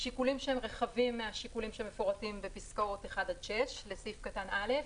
שיקולים שהם רחבים מהשיקולים שמפורטים בפסקאות 6-1 לסעיף (א),